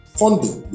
funding